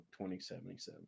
2077